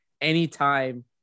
anytime